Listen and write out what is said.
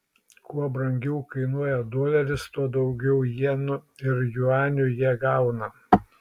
kuo brangiau kainuoja doleris tuo daugiau jenų ir juanių jie gauna